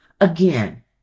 Again